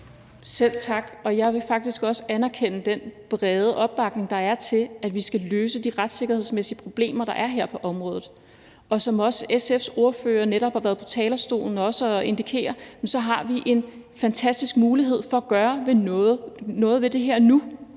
Selv tak. Jeg vil faktisk også anerkende den brede opbakning, der er til, at vi skal løse de retssikkerhedsmæssige problemer, der er her på området. Som også SF's ordfører netop har været på talerstolen at indikere, har vi en fantastisk mulighed for at gøre noget ved det her nu,